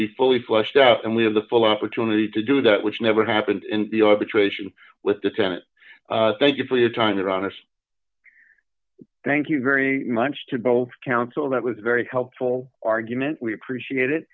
be fully fleshed out and we have the full opportunity to do that which never happened in the arbitration with the tenant thank you for your time your honest thank you very much to both counsel that was very helpful argument we appreciate it